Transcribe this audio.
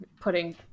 putting